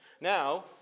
Now